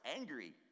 angry